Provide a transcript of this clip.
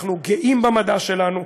אנחנו גאים במדע שלנו,